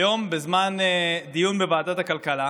היום, בזמן דיון בוועדת הכלכלה,